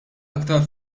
aktar